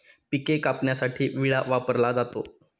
पिके कापण्यासाठी विळा वापरला जातो